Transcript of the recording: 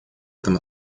этом